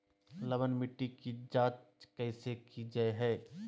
लवन मिट्टी की जच कैसे की जय है?